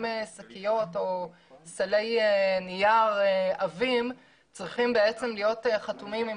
שקיות או סלי נייר עבים צריכים להיות חתומים עם